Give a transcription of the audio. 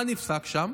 מה נפסק שם?